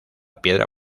piedra